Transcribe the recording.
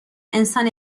انسان